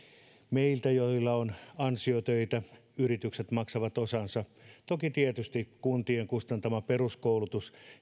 meiltä joilla on ansiotöitä yritykset maksavat osansa toki tietysti kuntien kustantaman peruskoulutuksen